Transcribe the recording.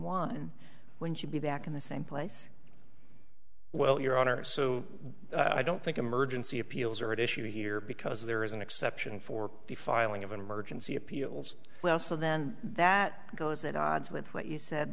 one when she'd be back in the same place well your honor so i don't think emergency appeals are at issue here because there is an exception for the filing of an emergency appeals well so then that goes at odds with what you said